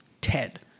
Ted